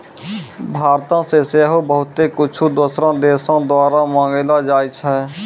भारतो से सेहो बहुते कुछु दोसरो देशो द्वारा मंगैलो जाय छै